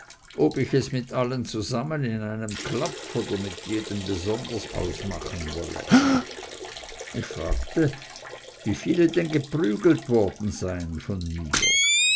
ob ich es mit allen zusammen in einem klapf ausmachen wolle ich fragte wie viele denn geprügelt worden seien von mir